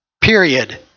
Period